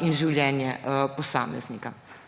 in življenje posameznika.